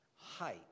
height